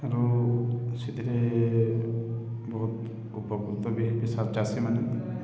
ଆଉ ସେଥିରେ ବହୁତ ଉପକୃତ ବି ହେବେ ଚାଷୀମାନେ